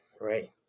right